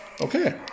Okay